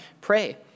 pray